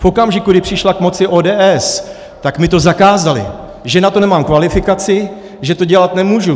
V okamžiku, kdy přišla k moci ODS, tak mi to zakázali, že na to nemám kvalifikaci, že to dělat nemůžu.